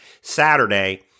Saturday